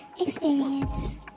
experience